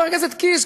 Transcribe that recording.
חבר הכנסת קיש,